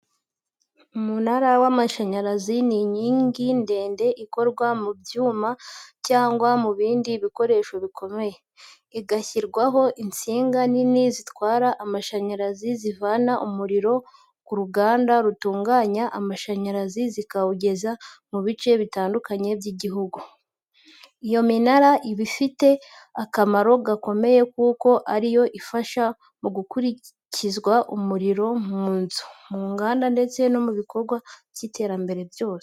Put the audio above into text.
Umunara w’amashanyarazi ni inkingi ndende ikorwa mu byuma cyangwa mu bindi bikoresho bikomeye, igashyirwaho insinga nini zitwara amashanyarazi zivana umuriro ku ruganda rutunganya amashanyarazi zikawugeza mu bice bitandukanye by’igihugu. Iyo minara iba ifite akamaro gakomeye kuko ari yo ifasha mu gukwirakwiza umuriro mu nzu, mu nganda ndetse no mu bikorwa by’iterambere byose.